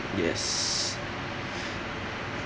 yes